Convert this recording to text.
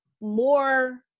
more